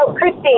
Christy